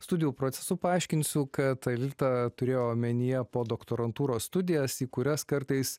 studijų procesu paaiškinsiu kad aelita turėjo omenyje podoktorantūros studijas į kurias kartais